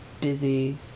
busy